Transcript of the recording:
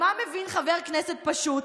מה מבין חבר כנסת פשוט,